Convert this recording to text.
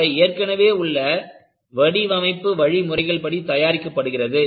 அவை ஏற்கனவே உள்ள வடிவமைப்பு வழிமுறைகள் படி தயாரிக்கப்படுகிறது